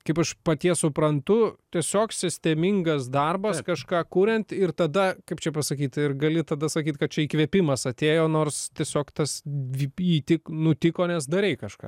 kaip iš paties suprantu tiesiog sistemingas darbas kažką kuriant ir tada kaip čia pasakyti ir gali tada sakyt kad čia įkvėpimas atėjo nors tiesiog tas nutiko nes darai kažką